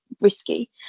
risky